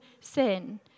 sin